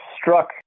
struck